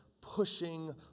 pushing